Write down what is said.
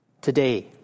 today